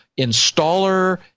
installer